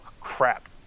Crap